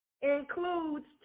includes